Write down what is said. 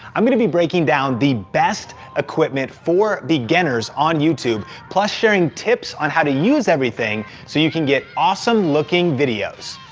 i'm gonna be breaking down the best equipment for beginners on youtube, plus sharing tips on how to use everything so you can get awesome looking videos.